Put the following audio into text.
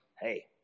Hey